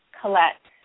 collect